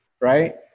right